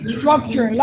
structure